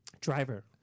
Driver